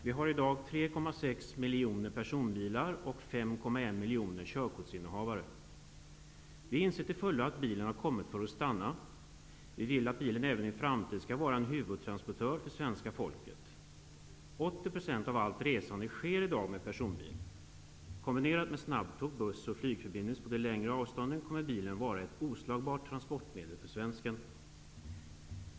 Vi har i dag 3,6 miljoner personbilar och 5,1 miljoner körkortsinnehavare. Vi inser till fullo att bilen har kommit för att stanna. Vi vill att bilen även i framtiden skall vara en huvudtransportör för svenska folket. 80 % av allt resande sker i dag med personbil. Kombinerat med snabbtåg, buss och flygförbindelser på de längre avstånden kommer bilen att vara ett oslagbart transportmedel för svensken.